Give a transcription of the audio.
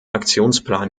aktionsplan